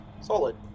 Solid